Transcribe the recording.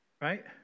right